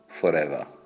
forever